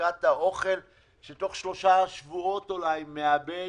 וזריקת האוכל שתוך שלושה שבועות אולי מאבד